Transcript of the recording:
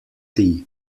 tea